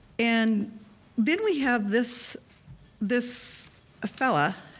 and then we have this this fella,